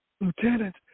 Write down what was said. lieutenant